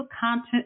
content